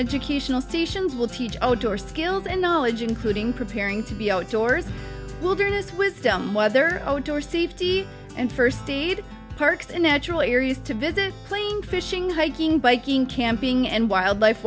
educational stations will teach outdoor skills and knowledge including preparing to be outdoors wilderness wisdom weather or safety and first aid parks and natural areas to visit playing fishing hiking biking camping and wildlife